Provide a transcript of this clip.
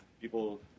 people